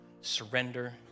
surrender